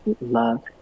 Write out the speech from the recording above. love